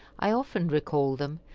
i often recall them,